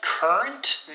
Current